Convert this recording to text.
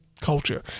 culture